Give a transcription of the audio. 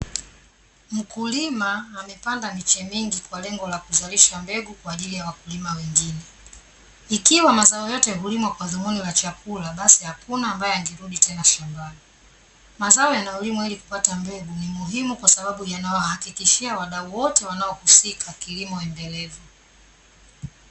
Mkulima amepanda miche mingi kwa lengo la kuzalisha mbegu kwa ajili ya wakulima wengine, ikiwa mazao yote hulimwa kwa dhumuni la chakula basi hakuna ambaye angerudi tena shambani, mazao yanayolimu ili kupata mbegu ni muhimu kwa sababu yanayowahakikishia wadau wote wanaohusika kilimo endelevu.